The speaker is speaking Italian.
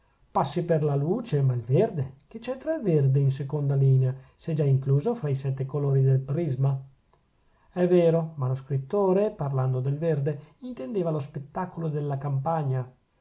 passi per la luce ma il verde che c'entra il verde in seconda linea se è già incluso fra i sette colori del prisma è vero ma lo scrittore parlando del verde intendeva lo spettacolo della campagna